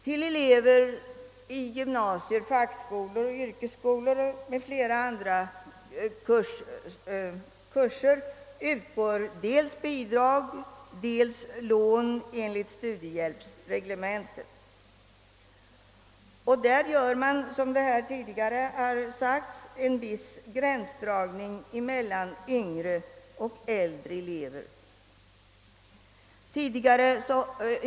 Till elever i gymnasier, fackskolor och yrkesskolor med flera löroanstalter och kurser utgår bidrag respektive lån enligt studiehjälpsreglementet. Man gör där, som tidigare sagts, en viss gränsdragning mellan yngre och äldre elever.